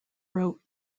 wrote